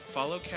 Follow